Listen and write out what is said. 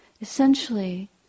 Essentially